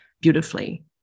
beautifully